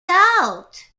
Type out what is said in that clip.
out